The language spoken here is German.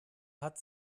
hat